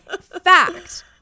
fact